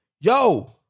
yo